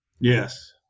Yes